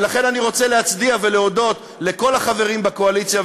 ולכן אני רוצה להצדיע ולהודות לכל החברים בקואליציה,